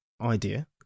idea